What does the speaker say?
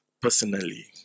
personally